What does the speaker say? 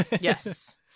yes